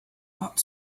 hot